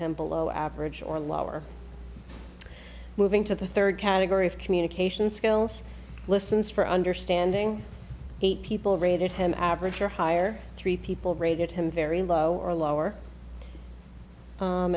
him below average or lower moving to the third category of communication skills listens for understanding eight people rated him average or higher three people rated him very low or low